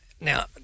Now